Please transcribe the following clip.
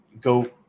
go